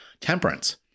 temperance